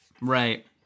Right